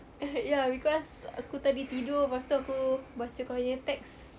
(uh huh) ya because aku tadi tidur lepas tu aku baca kau punya text